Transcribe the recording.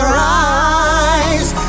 rise